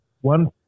one